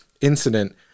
incident